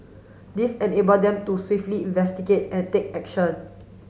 this enable them to swiftly investigate and take action